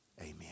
Amen